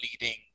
leading